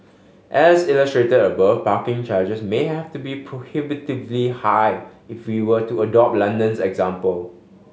as illustrated above parking charges may have to be prohibitively high if we were to adopt London's example